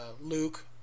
Luke